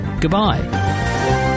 goodbye